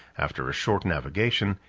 after a short navigation,